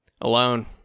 alone